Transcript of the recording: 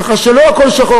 כך שלא הכול שחור,